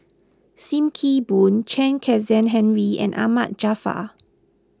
Sim Kee Boon Chen Kezhan Henri and Ahmad Jaafar